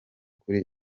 kuri